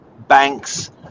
banks